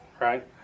right